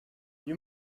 you